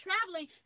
traveling